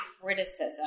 criticism